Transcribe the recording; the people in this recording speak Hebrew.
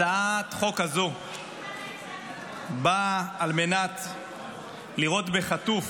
הצעת החוק הזו באה על מנת לראות בחטוף